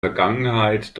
vergangenheit